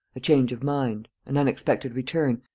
a change of mind, an unexpected return,